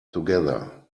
together